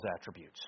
attributes